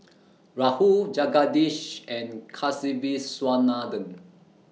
Rahul Jagadish and Kasiviswanathan